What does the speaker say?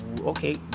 okay